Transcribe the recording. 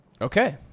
Okay